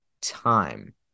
time